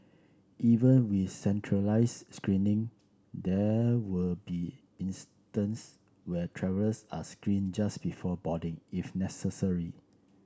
even with centralised screening there will be instances where travellers are screened just before boarding if necessary